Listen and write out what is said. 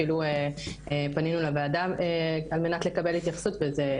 אפילו פנינו לוועדה לקידום מעמד האישה על מנת לקבל התייחסות וזה,